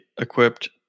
equipped